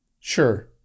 Sure